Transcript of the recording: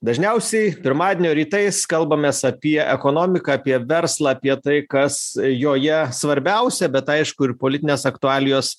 dažniausiai pirmadienio rytais kalbamės apie ekonomiką apie verslą apie tai kas joje svarbiausia bet aišku ir politinės aktualijos